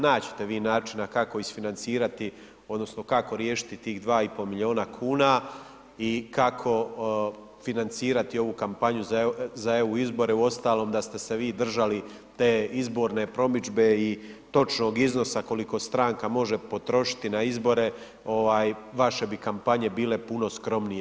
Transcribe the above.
Naći ćete vi načina, kako isfinancirati, odnosno, kako riješiti tih 2,5 milijuna kuna i kako financirati ovu kampanju za EU izbore, uostalom da ste se vi držali te izborne promidžbe i točnog iznosa koliko stranka može potrošiti na izbore, vaše bi kampanje bile puno skromnije.